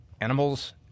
animals